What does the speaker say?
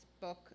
book